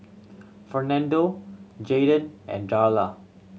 Fernando Jaeden and Darla